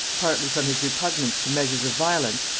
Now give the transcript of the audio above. partly from his repugnance to measures of violence,